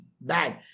bad